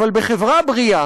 אבל בחברה בריאה